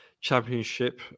championship